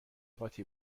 قاطی